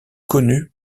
connus